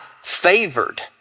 favored